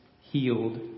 healed